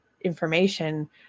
information